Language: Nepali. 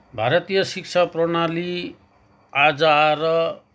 भारतीय शिक्षा प्रणाली आज आएर